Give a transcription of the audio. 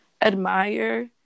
admire